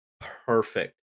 perfect